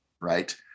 right